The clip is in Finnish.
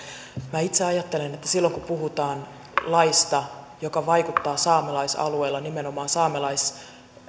minä itse ajattelen että silloin kun puhutaan laista joka vaikuttaa saamelaisalueilla nimenomaan saamelaisten